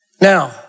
Now